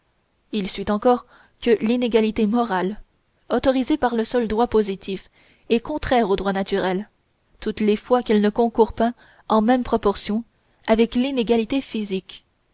il suit encore que l'inégalité morale autorisée par le seul droit positif est contraire au droit naturel toutes les fois qu'elle ne concourt pas en même proportion avec l'inégalité physique